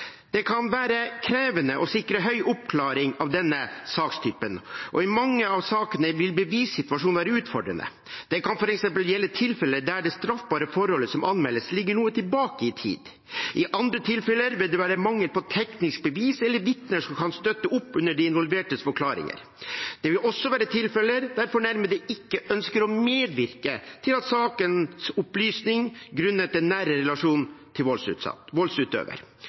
Det kan være krevende å sikre høy oppklaring av denne sakstypen, og i mange av sakene vil bevissituasjonen være utfordrende. Det kan f.eks. gjelde tilfeller der det straffbare forholdet som anmeldes, ligger noe tilbake i tid. I andre tilfeller vil det være mangel på teknisk bevis eller vitner som kan støtte opp under de involvertes forklaringer. Det vil også være tilfeller der fornærmede ikke ønsker å medvirke til sakens opplysning grunnet den nære relasjonen til voldsutøver.